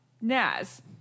Naz